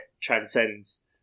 transcends